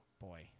boy